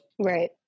Right